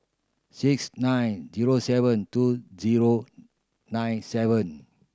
six nine zero seven two zero nine seven